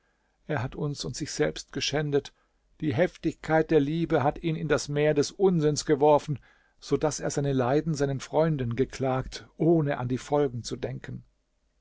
er hat uns und sich selbst geschändet die heftigkeit der liebe hat ihn in das meer des unsinns geworfen so daß er seine leiden seinen freunden geklagt ohne an die folgen zu denken